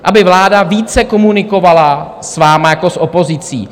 Aby vláda více komunikovala s vámi jako s opozicí.